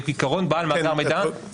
ואת עקרון בעל מאגר מידע,